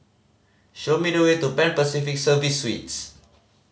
show me the way to Pan Pacific Serviced Suites